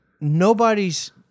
nobody's